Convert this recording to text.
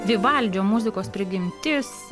vivaldžio muzikos prigimtis